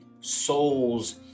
souls